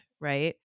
Right